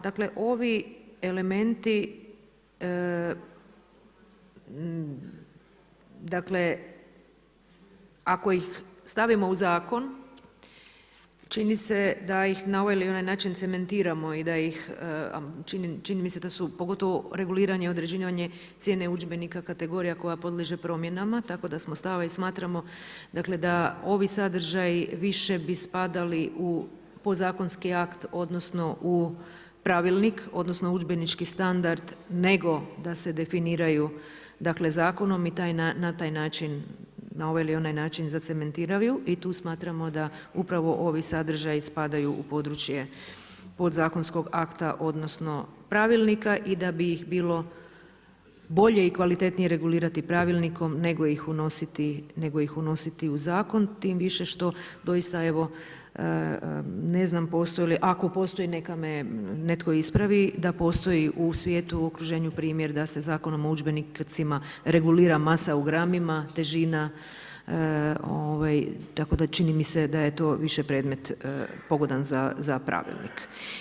Dakle, ovi elementi dakle, ako ih stavimo u zakon, čini se da ih na ovaj ili na onaj način cementiramo i da ih, čini mi se da su pogotovo reguliranje, određivanje, cijene udžbenika kategorija koja podliježe promjenama, tako da smo stav i smatramo da ovi sadržaji, više bi spadali u podzakonski akt, odnosno, u pravilnik, odnosno, udžbenika standard, nego da se definiraju zakonom i na taj način, na ovaj ili onaj način zacementiraju i tu smatramo da upravo ovi sadržaji spadaju u područje podzakonskog akta, odnosno, pravilnika i da bi ih bilo bolje i kvalitetnije regulirati pravilnikom nego ih unositi u zakon, tim više što doista evo, ne znam postoji li, ako postoji, neka me netko ispravi, da postoji u svijetu okruženju primjer da se zakonom o udžbenicima regulira masa u gramima, težina tako da čini mi se da je to više predmet pogodan za pravilnik.